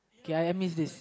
K I I miss this